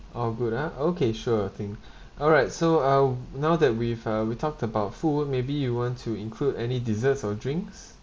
all good ah okay sure thing alright so I'll now that we've uh we talked about food maybe you want to include any desserts or drinks